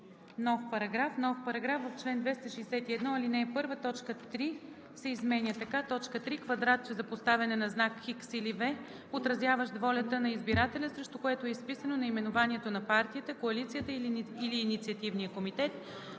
нов §...:„§... В чл. 421, ал. 1, т. 4 се изменя така: „4. квадратче за поставяне на знак „X“ или „V“, отразяващ волята на избирателя, срещу което е изписано наименованието на партията, коалицията или инициативния комитет;“